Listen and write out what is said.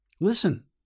Listen